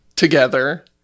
together